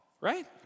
right